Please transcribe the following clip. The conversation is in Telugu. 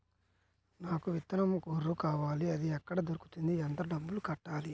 నాకు విత్తనం గొర్రు కావాలి? అది ఎక్కడ దొరుకుతుంది? ఎంత డబ్బులు కట్టాలి?